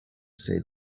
say